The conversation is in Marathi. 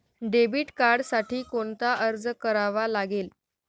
डेबिट कार्डसाठी कोणता अर्ज करावा लागेल?